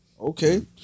Okay